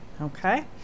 okay